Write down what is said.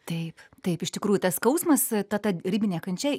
taip taip iš tikrųjų tas skausmas ta ta ribinė kančia